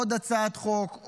עוד הצעת חוק,